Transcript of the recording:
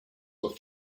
were